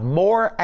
more